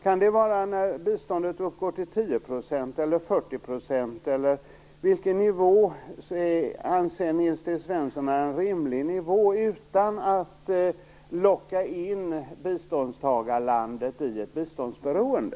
Är det när biståndet uppgår till 10 %, 40 % eller vilken nivå är rimlig för att man inte skall locka in biståndslandet i ett biståndsberoende?